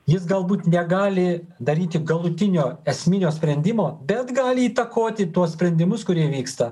jis galbūt negali daryti galutinio esminio sprendimo bet gali įtakoti tuos sprendimus kurie vyksta